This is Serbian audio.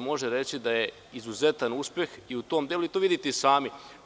može se reći, da je izuzetan uspeh u tom delu, i to vidite i sami.